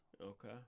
Okay